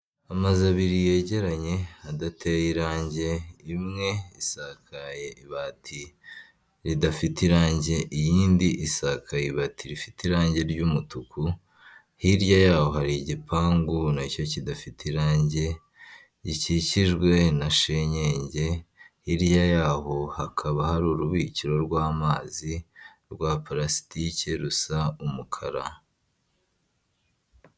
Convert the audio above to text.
Amazu abiri yegeranye adateye irangi imwe isakaye ibati ridafite irangi, iyindi isakabati rifite irangi ry'umutuku, hirya yaho hari igipangu na cyo kidafite irangi rikikijwe na senyenge hirya yaho hakaba hari urubikiro rw'amazi rwa parasitike rusa umukara.